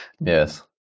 yes